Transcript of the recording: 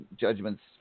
judgment's